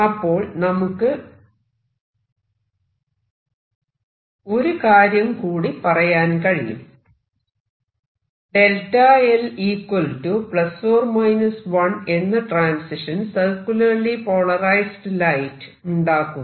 അപ്പോൾ നമുക്ക് ഒരു കാര്യം കൂടി പറയാൻ കഴിയും Δ l ∓ 1 എന്ന ട്രാൻസിഷൻ സർക്യൂലർലി പോളറൈസ്ഡ് ലൈറ്റ് ഉണ്ടാക്കുന്നു